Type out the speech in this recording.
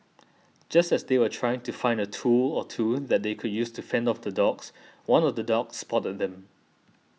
just as they were trying to find a tool or two that they could use to fend off the dogs one of the dogs spotted them